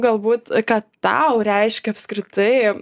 galbūt ką tau reiškia apskritai